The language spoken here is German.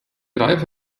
reife